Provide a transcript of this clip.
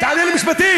תענה לי משפטית.